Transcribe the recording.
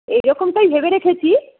এইরকমটাই ভেবে রেখেছি